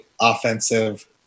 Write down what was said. offensive